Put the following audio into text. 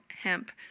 Hemp